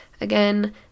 again